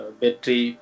battery